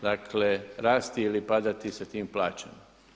Dakle, rasti ili padati sa tim plaćama.